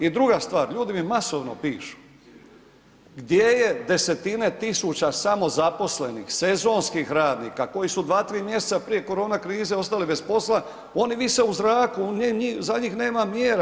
I druga stvar, ljudi mi masovno pišu, gdje je 10-tine tisuća samozaposlenih, sezonskih radnika koji su 2-3 mjeseca prije korona krize ostali bez posla, oni vise u zraku, za njih nema mjera.